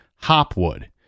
Hopwood